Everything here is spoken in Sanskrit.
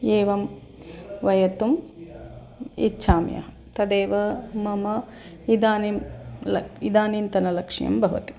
एवं वयतुम् इच्छामि अहं तदेव मम इदानीं ल इदानीन्तनं लक्ष्यं भवति